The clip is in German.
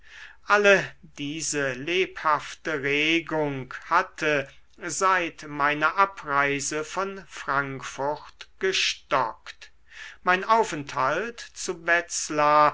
alle diese lebhafte regung hatte seit meiner abreise von frankfurt gestockt mein aufenthalt zu wetzlar